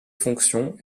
fonctions